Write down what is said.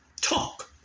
talk